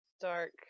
Dark